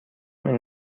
این